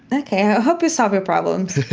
but ok. i hope you solve your problems.